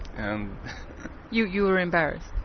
and you you were embarrassed?